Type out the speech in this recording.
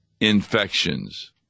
infections